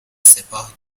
سپاه